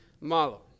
malo